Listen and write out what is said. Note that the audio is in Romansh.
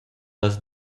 las